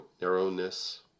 narrowness